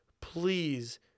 please